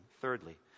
Thirdly